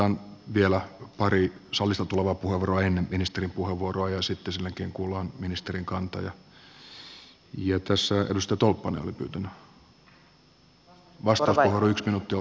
otetaan vielä pari salista tulevaa puheenvuoroa ennen ministerin puheenvuoroa ja sitten sen jälkeen kuullaan ministerin kanta